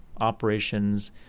operations